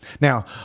Now